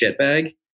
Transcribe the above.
shitbag